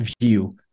view